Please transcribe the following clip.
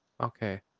okay